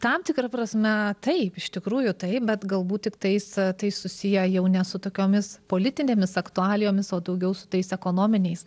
tam tikra prasme taip iš tikrųjų taip bet galbūt tiktais tai susiję jau ne su tokiomis politinėmis aktualijomis o daugiau su tais ekonominiais